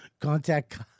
Contact